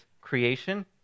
creation